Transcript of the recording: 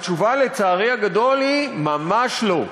התשובה, לצערי הגדול, היא ממש לא.